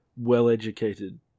Well-educated